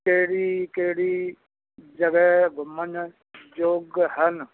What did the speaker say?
ਕਿਹੜੀ ਕਿਹੜੀ ਜਗ੍ਹਾ ਘੁੰਮਣ ਯੋਗ ਹਨ